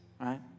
right